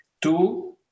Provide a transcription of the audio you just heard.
Two